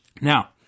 Now